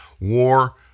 war